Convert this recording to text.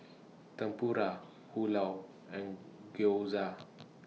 Tempura Pulao and Gyoza